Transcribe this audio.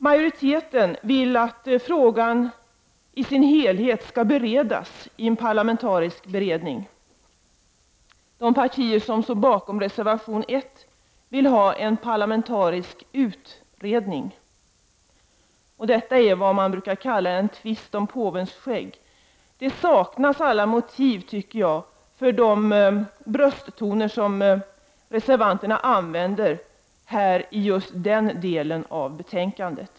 Majoriteten vill att frågan i dess helhet skall beredas i en parlamentarisk beredning. De partier som står bakom reservation 1 vill ha en parlamentarisk utredning. Detta är vad man kallar en tvist om påvens skägg. Det saknas alla motiv för de brösttoner som reservanterna använder i just den delen av betänkandet.